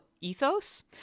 Ethos